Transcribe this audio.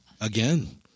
Again